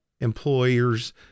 employers